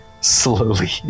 slowly